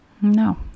no